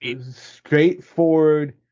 straightforward